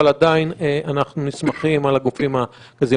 אבל עדיין נסמכים על הגופים המוסמכים.